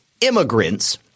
immigrants